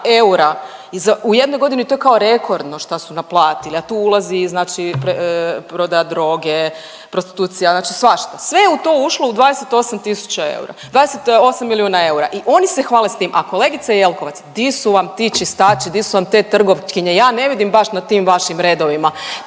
eura, u jednoj godini to je kao rekordno šta su naplatili, a tu ulazi znači prodaja droge, prostitucija, znači svašta, sve je u to ušlo u 28 tisuća eura, 28 milijuna eura i oni se hvale s tim. A kolegice Jelkovac, di su vam ti čistači, di su vam te trgovkinje? Ja ne vidim baš na tim vašim redovima